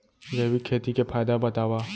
जैविक खेती के फायदा बतावा?